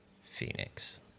Phoenix